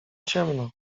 ciemno